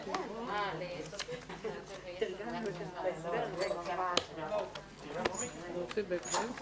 14:00.